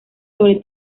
sobre